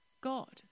God